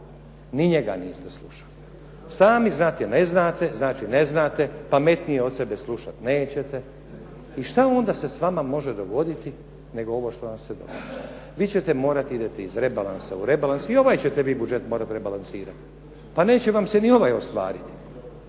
Ni njega niste slušali. Sami znate jer ne znate, znači ne znate, pametnije od sebe slušati nećete. I šta onda se s vama može dogoditi nego ovo što vam se događa. Vi ćete morati, idete iz rebalansa u rebalans. I ovaj ćete budžet vi morati rebalansirati. Pa neće vam se ni ovaj ostvariti.